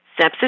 Sepsis